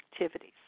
activities